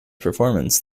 performance